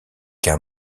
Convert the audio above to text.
qu’un